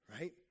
right